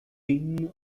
این